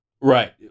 Right